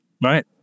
Right